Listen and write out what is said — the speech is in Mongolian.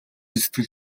сэтгэл